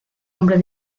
hombre